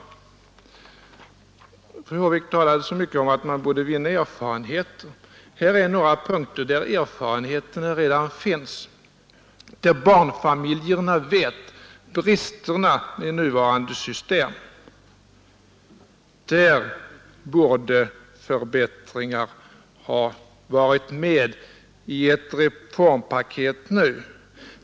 Fru Håvik talade mycket om att man borde vinna erfarenheter. Här är några punkter där erfarenheterna redan finns, där barnfamiljerna känner bristerna i nuvarande system. Där borde förbättringar nu ha varit med i ett reformpaket.